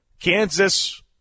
Kansas